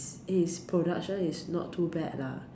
his production is not too bad lah